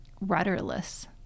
rudderless